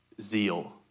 zeal